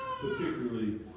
particularly